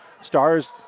Stars